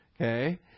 Okay